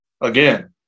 again